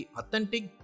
authentic